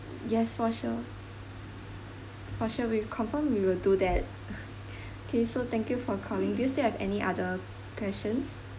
yes for sure for sure we confirm we will do that K so thank you for calling this do you still have any other questions